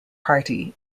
party